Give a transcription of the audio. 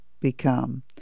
become